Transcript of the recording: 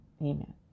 Amen